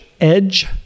edge